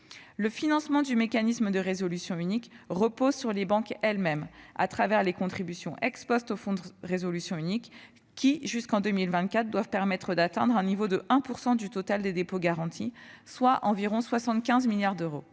Le financement du mécanisme de résolution unique repose sur les banques elles-mêmes, à travers des contributions au Fonds de résolution unique qui, jusqu'en 2024, doivent permettre d'atteindre le niveau cible de 1 % du total des dépôts garantis, soit environ 75 milliards d'euros.